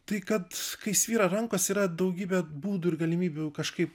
tai kad kai svyra rankos yra daugybė būdų ir galimybių kažkaip